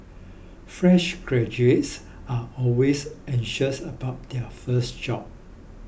fresh graduates are always anxious about their first job